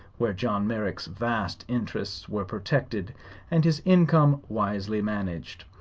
where john merrick's vast interests were protected and his income wisely managed.